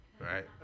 right